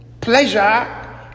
Pleasure